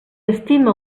estima